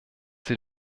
sie